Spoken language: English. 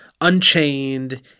unchained